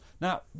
Now